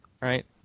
right